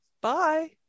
bye